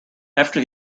after